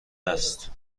است